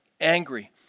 angry